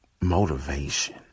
motivation